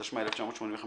התשמ"ה-1985,